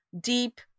deep